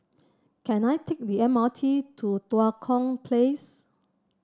can I take the M R T to Tua Kong Place